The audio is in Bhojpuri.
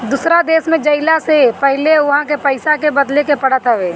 दूसरा देश में जइला से पहिले उहा के पईसा के बदले के पड़त हवे